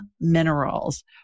Minerals